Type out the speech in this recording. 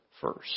first